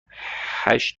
هشت